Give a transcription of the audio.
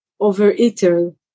overeater